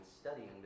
studying